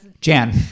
jan